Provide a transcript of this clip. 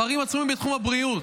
פערים עצומים בתחום הבריאות.